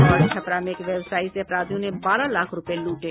और छपरा में एक व्यवसायी से अपराधियों ने बारह लाख रूपये लूटे